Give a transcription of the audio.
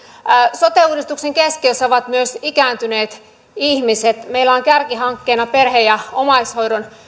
sote uudistuksen keskiössä ovat myös ikääntyneet ihmiset meillä on kärkihankkeena perhe ja omaishoidon